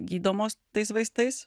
gydomos tais vaistais